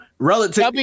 Relative